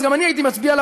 גם אני הייתי מצביע לה,